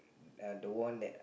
uh the one that